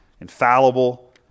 infallible